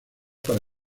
para